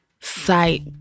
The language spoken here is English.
sight